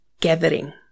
gathering